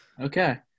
Okay